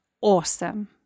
awesome